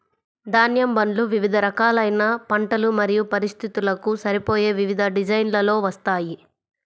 ధాన్యం బండ్లు వివిధ రకాలైన పంటలు మరియు పరిస్థితులకు సరిపోయే వివిధ డిజైన్లలో వస్తాయి